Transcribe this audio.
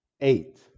eight